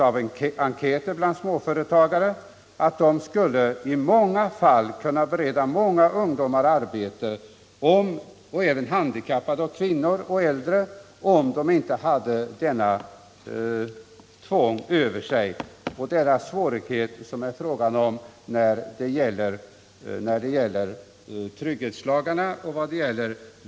Av enkäter bland småföretagare har framgått att de i flera fall skulle kunna bereda många ungdomar, handikappade, kvinnor och äldre arbete, om de inte hade detta tvång över sig och de svårigheter som trygghetslagarna innebär.